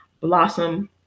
blossom